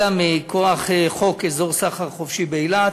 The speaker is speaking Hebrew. אלא מכוח חוק אזור סחר חופשי באילת,